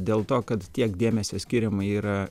dėl to kad tiek dėmesio skiriama yra